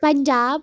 Punjab